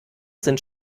sind